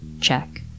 check